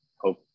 hope